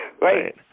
Right